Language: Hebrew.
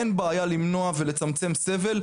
אין בעיה למנוע ולצמצם סבל,